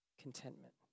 contentment